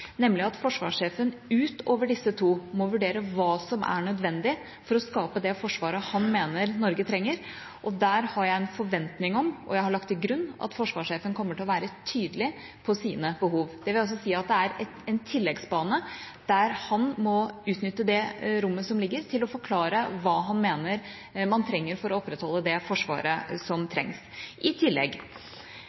nemlig at forsvarssjefen utover disse to må vurdere hva som er nødvendig for å skape det forsvaret han mener at Norge trenger. Der har jeg en forventning om, og har lagt til grunn, at forsvarssjefen kommer til å være tydelig på sine behov. Det vil altså si at det er en tilleggsbane der han må utnytte det rommet som ligger der, til å forklare hva han mener man trenger for å opprettholde det forsvaret som trengs, i tillegg.